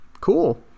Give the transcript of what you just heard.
cool